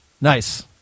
Nice